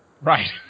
Right